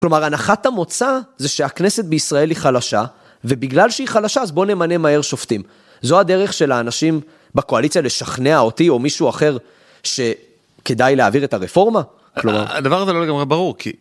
כלומר, הנחת המוצא זה שהכנסת בישראל היא חלשה, ובגלל שהיא חלשה, אז בואו נמנה מהר שופטים. זו הדרך של האנשים בקואליציה לשכנע אותי או מישהו אחר, שכדאי להעביר את הרפורמה? הדבר הזה לא לגמרי ברור, כי...